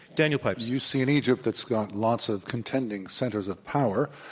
daniel pipes. you see an egypt that's got lots of contending centers of power.